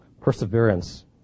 Perseverance